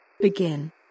Begin